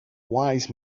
wise